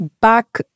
back